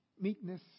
meekness